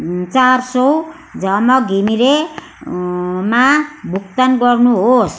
चार सौ झमक घिमिरे मा भुक्तान गर्नुहोस्